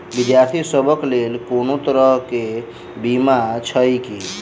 विद्यार्थी सभक लेल कोनो तरह कऽ बीमा छई की?